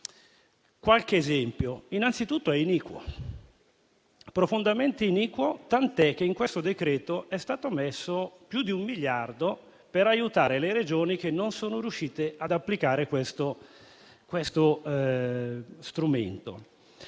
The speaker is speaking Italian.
qualche esempio: innanzitutto è profondamente iniquo, tant'è che nel decreto-legge è stato previsto più di un miliardo per aiutare le Regioni che non sono riuscite ad applicare questo strumento.